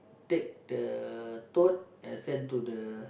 take the tote and send to the